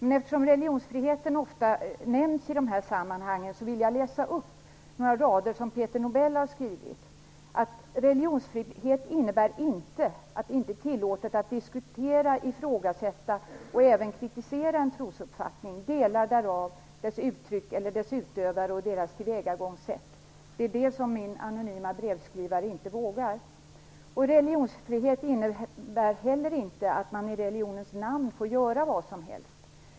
Eftersom religionsfriheten ofta nämns i dessa sammanhang, vill jag läsa upp några rader som Peter Nobel har skrivit: "Religionsfrihet innebär inte, att det inte är tillåtet att diskutera, ifrågasätta och även kritisera en trosuppfattning, delar därav, dess uttryck eller dess utövare och deras tillvägagångssätt." Det är detta som min anonyma brevskrivare inte vågar göra. Han skriver vidare: "Religionsfrihet innebär heller inte, att man i religionens namn får göra vad som helst.